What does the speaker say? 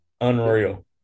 unreal